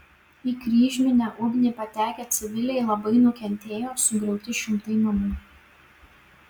į kryžminę ugnį patekę civiliai labai nukentėjo sugriauti šimtai namų